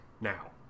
now